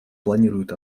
планируют